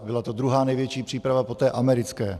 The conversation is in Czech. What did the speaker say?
Byla to druhá největší příprava po té americké.